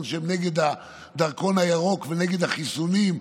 שהם נגד הדרכון הירוק ונגד החיסונים,